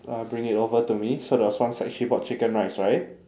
uh bring it over to me so there was once like she bought chicken rice right